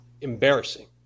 embarrassing